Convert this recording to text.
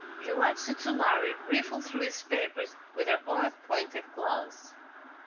he watched the two lhari riffle through his papers with their odd pointed claws.